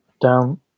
down